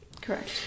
Correct